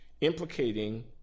implicating